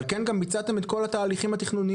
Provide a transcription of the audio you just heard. ועל כן גם ביצעתם את כל התהליכים התכנוניים